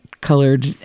colored